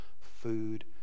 food